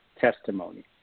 testimony